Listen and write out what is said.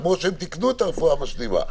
כמו שהם תיקנו את הרפואה המשלימה.